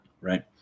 Right